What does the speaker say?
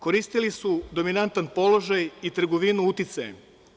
Koristili su dominantan položaj i trgovinu uticajem.